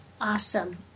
Awesome